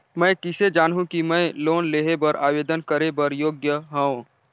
मैं किसे जानहूं कि मैं लोन लेहे बर आवेदन करे बर योग्य हंव?